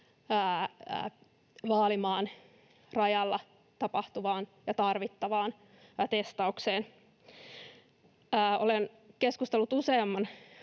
Vaalimaan rajalla tapahtuvaan ja tarvittavaan testaukseen. Olen keskustellut useamman